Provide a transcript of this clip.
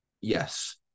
Yes